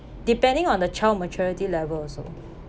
depending on the child maturity level also